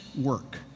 work